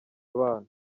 abana